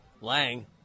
Lang